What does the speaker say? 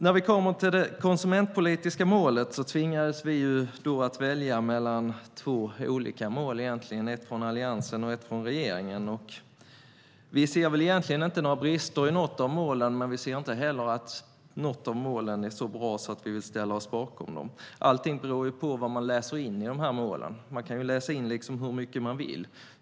När vi kom till det konsumentpolitiska målet tvingades vi att välja mellan två olika mål, ett från Alliansen och ett från regeringen. Vi ser egentligen inte några brister i något av målen. Men vi ser inte heller att något av målen är så bra att vi vill ställa oss bakom det. Allting beror på vad man läser in i målen. Man kan läsa in hur mycket man vill.